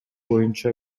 боюнча